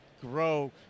grow